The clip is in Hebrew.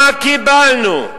מה קיבלנו?